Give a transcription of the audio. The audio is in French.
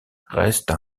reste